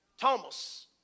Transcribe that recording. Thomas